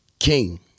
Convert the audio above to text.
King